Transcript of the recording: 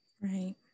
Right